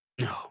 no